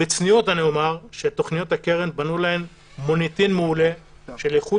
בצניעות אני אומר שתכניות הקרן בנו להן מוניטין מעולה של איכות